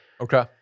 Okay